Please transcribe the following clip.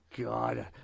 God